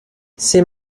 ces